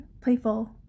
playful